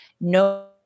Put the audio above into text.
no